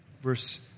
verse